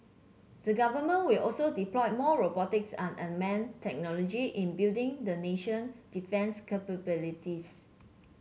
the government will also deploy more robotics and unmanned technologies in building the nation defence capabilities